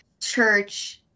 church